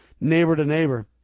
Neighbor-to-neighbor